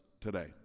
today